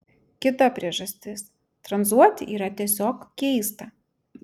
kita priežastis tranzuoti yra tiesiog keista